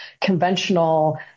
conventional